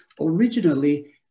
Originally